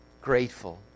grateful